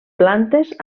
plantes